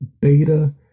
Beta